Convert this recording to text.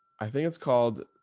i think it's called